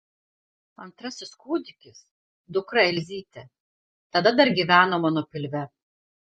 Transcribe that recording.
antrasis kūdikis dukra elzytė tada dar gyveno mano pilve